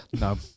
no